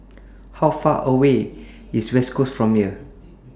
How Far away IS West Coast from here